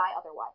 otherwise